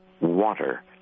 water